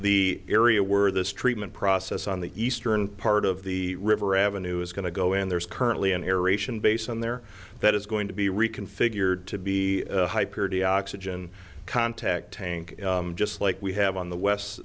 the area where this treatment process on the eastern part of the river avenue is going to go and there is currently an air ration based on there that is going to be reconfigured to be high purity oxygen contact tank just like we have on the west